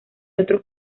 otros